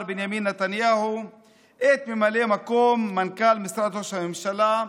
בנימין נתניהו את ממלא מקום מנכ"ל משרד ראש הממשלה,